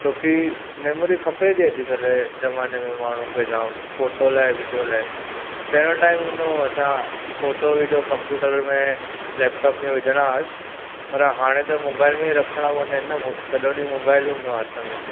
छोकी मेमोरी खपे थी अॼुकल्ह जे ज़माने में माण्हू खे जाम फोटो लाइ विडियो लाइ पहिरियों टाइम हूंदो हुओ असां फोटो विडियो कंप्यूटर में लैपटोप में विझंदा हुआसीं पर हाणे त मोबाइल में ई रखणु पवंदा आहिनि न सॼो ॾींहुं मोबाइल ई हूंदो आहे हथ में